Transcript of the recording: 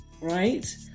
right